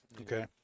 Okay